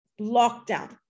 lockdown